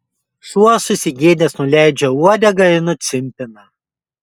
šuo susigėdęs nuleidžia uodegą ir nucimpina